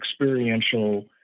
experiential